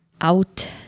out